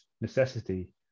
necessity